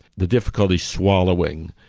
the difficulty swallowing,